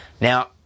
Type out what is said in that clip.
Now